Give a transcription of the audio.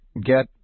get